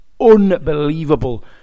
Unbelievable